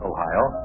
Ohio